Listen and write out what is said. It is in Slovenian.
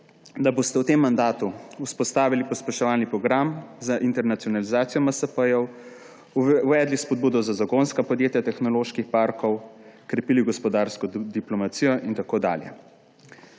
da boste v tem mandatu vzpostavili pospeševalni program za internacionalizacijo MSP, uvedli spodbudo za zagonska podjetja tehnoloških parkov, krepili gospodarsko diplomacijo in tako dalje.